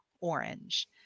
orange